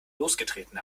losgetreten